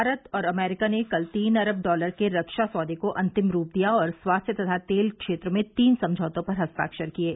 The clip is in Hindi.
भारत और अमरीका ने कल तीन अरब डॉलर के रक्षा सौदे को अंतिम रूप दिया और स्वास्थ्य तथा तेल क्षेत्र में तीन समझौतों पर हस्ताक्षर किये